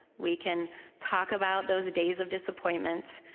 we can talk about those days of disappointment.